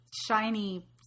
shiny